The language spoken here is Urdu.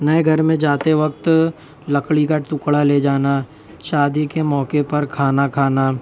نئے گھر میں جاتے وقت لکڑی کا ٹکڑا لے جانا شادی کے موقعے پر کھانا کھانا